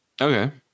okay